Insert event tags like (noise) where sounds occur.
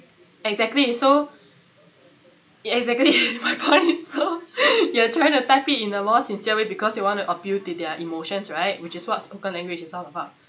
exactly so e~ exactly (laughs) my point so (breath) you are trying to type it in a more sincere way because you want to appeal to their emotions right which is what's spoken language is all about